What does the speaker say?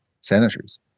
senators